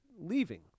leaving